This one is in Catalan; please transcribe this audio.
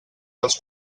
dels